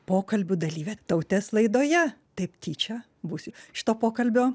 pokalbių dalyvė tautės laidoje taip tyčia būsiu šito pokalbio